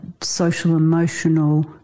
social-emotional